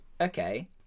Okay